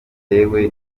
bitewe